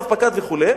רב-פקד וכו',